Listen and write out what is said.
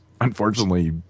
unfortunately